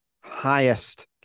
highest